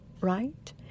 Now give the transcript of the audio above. right